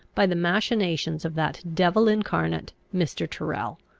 by the machinations of that devil incarnate, mr. tyrrel.